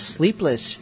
Sleepless